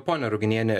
ponia ruginiene